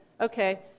Okay